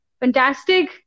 Fantastic